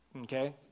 okay